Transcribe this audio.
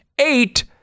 eight